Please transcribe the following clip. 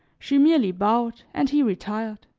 she merely bowed, and he retired.